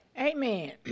Amen